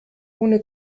ohne